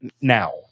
now